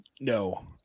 No